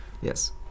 Yes